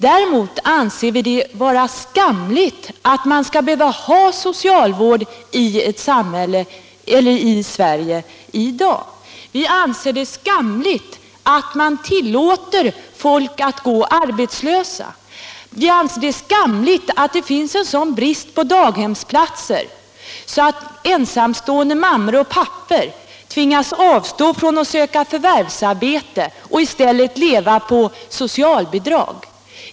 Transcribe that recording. Däremot anser vi det vara skamligt att man skall behöva ha socialvård i Sverige i dag. Vi anser det skamligt att man tillåter folk att gå arbetslösa. Vi anser det skamligt att det finns en sådan brist på daghemsplatser att ensamstående mammor och pappor tvingas avstå från att söka förvärvsarbete och i stället måste leva på socialbidrag.